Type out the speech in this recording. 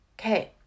Okay